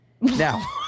Now